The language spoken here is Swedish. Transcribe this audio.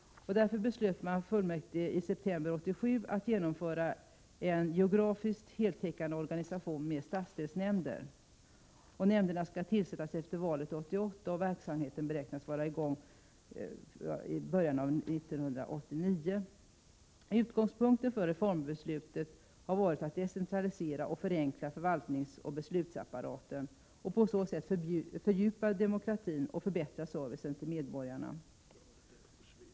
Därför beslöt fullmäktige i september 1987 att genomföra en geografiskt heltäckande organisation med stadsdelsnämnder. Nämnderna skall tillsättas efter valet 1988, och verksamheten beräknas vara i gång i början av 1989. Utgångspunkten för reformbeslutet har varit att decentralisera och förenkla förvaltningsoch beslutsapparaten och på så sätt fördjupa demokratin och förbättra servicen till medborgarna.